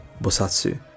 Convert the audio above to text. Bosatsu